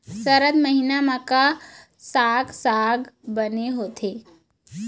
सरद महीना म का साक साग बने होथे?